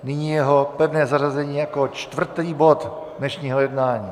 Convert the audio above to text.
Nyní jeho pevné zařazení jako čtvrtý bod dnešního jednání.